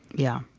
yeah,